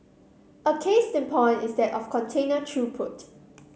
a case in point is that of container throughput